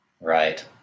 right